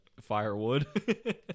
firewood